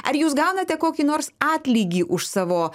ar jūs gaunate kokį nors atlygį už savo